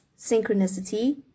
synchronicity